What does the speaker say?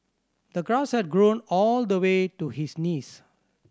the grass had grown all the way to his knees